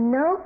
no